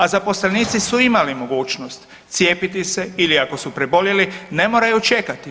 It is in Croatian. A zaposlenici su imali mogućnost cijepiti se ili ako su preboljeli, ne moraju čekati.